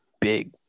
big